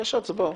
יש הצבעות.